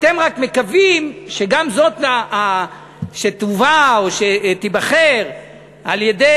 אתם רק מקווים שגם זאת שתובא או שתיבחר על-ידי